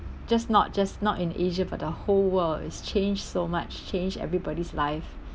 just not just not in asia but the whole world is changed so much change everybody's life